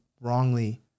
wrongly